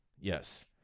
Yes